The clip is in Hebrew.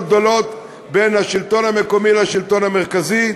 גדולות בין השלטון המקומי לשלטון המרכזי,